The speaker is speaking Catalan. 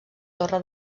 torre